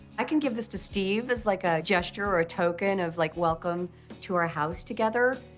i can give this to steve as, like, a gesture or a token of, like, welcome to our house together.